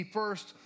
first